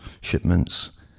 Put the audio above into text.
shipments